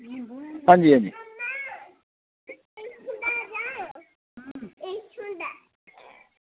हांजी हांजी